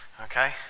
Okay